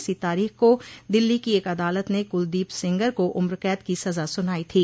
इसी तारोख को दिल्ली की एक अदालत ने कुलदीप सेंगर को उम्रकैद की सजा सुनाई थी